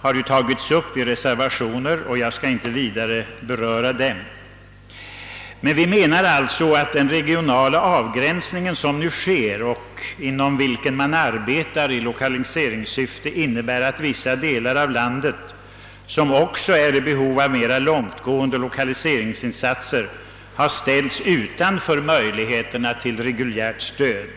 har tagits upp i en reservation, och jag skall inte vidare behandla dem. Vi menar att den regionala avgränsning som gjorts av områden där lokaliseringsåtgärder nu sätts in medför att vissa delar av landet, som också är i behov av mer långtgående lokaliseringsinsatser, ställs utan möjligheter till reguljärt stöd.